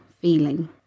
feeling